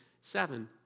Seven